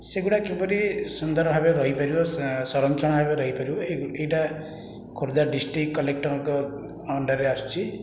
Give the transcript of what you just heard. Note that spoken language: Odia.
ସେଗୁଡ଼ାକ କିପରି ସୁନ୍ଦର ଭାବେ ରହିପାରିବ ସଂରକ୍ଷଣ ଭାବେ ରହିପାରିବ ଏହିଟା ଖୋର୍ଦ୍ଧା ଡିଷ୍ଟ୍ରିକ୍ଟ କଲେକ୍ଟର୍ଙ୍କ ଅଣ୍ଡର୍ରେ ଆସୁଛି